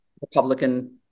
Republican